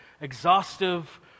exhaustive